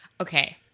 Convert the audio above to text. Okay